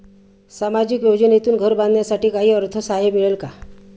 सामाजिक योजनेतून घर बांधण्यासाठी काही अर्थसहाय्य मिळेल का?